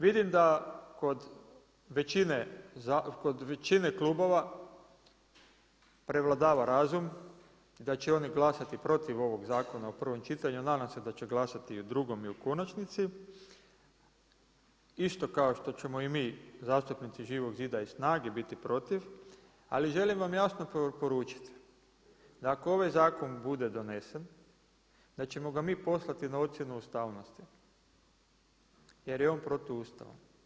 Vidim da kod većine klubova, prevladava razum i da će oni glasati protiv ovog zakona u prvom čitanju, nadam se da će glasati i u drugom i u konačnici, isto kao što ćemo i mi zastupnici Živog zida i SNAGA-e biti protiv, ali želim vam jasno poručiti, ako ovaj zakon bude donesen, da ćemo ga mi poslati na ocjenu ustavnosti, jer je on protuustavan.